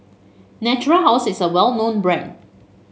Natura House is a well known brand